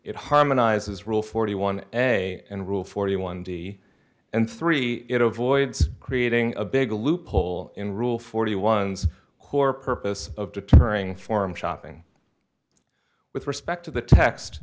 it harmonizes rule forty one a and rule forty one d and three you know voids creating a big loophole in rule forty one's who are purpose of deterring forum shopping with respect to the text